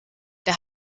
der